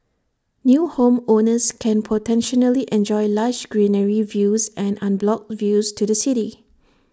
new homeowners can potentially enjoy lush greenery views and unblocked views to the city